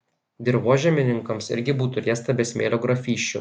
dirvožemininkams irgi būtų riesta be smėlio grafysčių